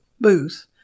booth